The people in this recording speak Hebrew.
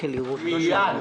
מייד.